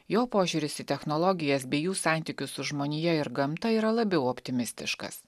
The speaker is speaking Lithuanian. jo požiūris į technologijas bei jų santykius su žmonija ir gamta yra labiau optimistiškas